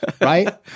right